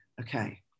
okay